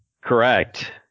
Correct